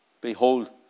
Behold